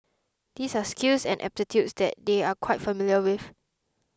these are skills and aptitudes that they are quite familiar with